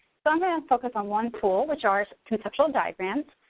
so i'm gonna focus on one tool, which are conceptual diagrams.